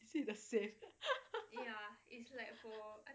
is it the safe